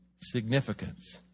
significance